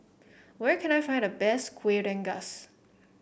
where can I find the best Kuih Rengas